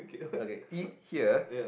okay eat here